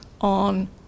on